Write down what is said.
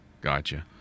Gotcha